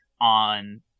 on